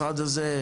המשרד הזה,